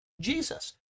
Jesus